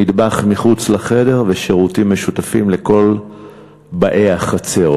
מטבח מחוץ לחדר ושירותים משותפים לכל באי החצר,